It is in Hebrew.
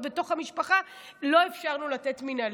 בתוך המשפחה לא אפשרנו לתת שחרור מינהלי,